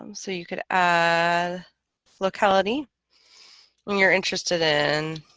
um so you could add locality and you're interested in